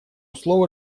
слово